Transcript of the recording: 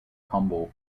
humble